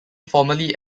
formerly